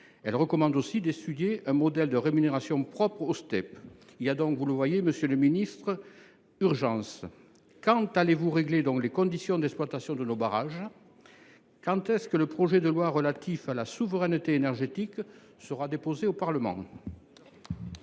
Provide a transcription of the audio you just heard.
Elle recommande aussi d’essayer un modèle de rémunération propre aux Step. Vous le voyez, monsieur le ministre, il y a urgence. Quand allez vous régler les conditions d’exploitation de nos barrages ? Quand le projet de loi relatif à la souveraineté énergétique sera t il déposé au Parlement ?